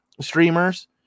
streamers